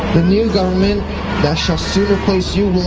the new government that shall soon replace you